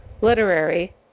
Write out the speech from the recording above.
literary